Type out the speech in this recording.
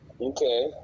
Okay